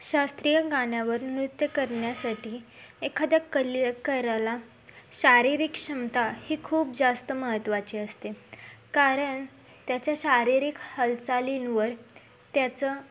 शास्त्रीय गाण्यावर नृत्य करण्यासाठी एखाद्या कलाकराला शारीरिक क्षमता ही खूप जास्त महत्त्वाची असते कारण त्याच्या शारीरिक हालचालींवर त्याचं